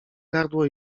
gardło